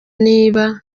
niba